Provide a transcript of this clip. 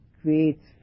creates